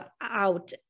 out